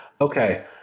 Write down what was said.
Okay